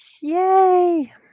Yay